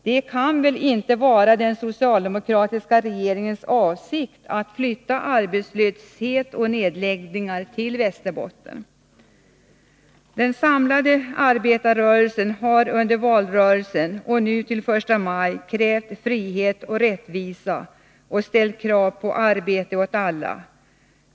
Det kan väl inte vara den socialdemokratiska regeringens avsikt att flytta arbetslöshet och nedläggningar till Västerbotten. Den samlade arbetarrörelsen har under valrörelsen och nu vid första maj-firandet krävt frihet och rättvisa och ställt krav på arbete åt alla.